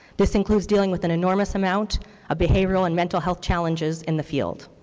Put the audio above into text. this includes dealing with an enormous amount of behavioral and mental health challenges in the field.